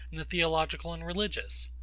in the theological and religious?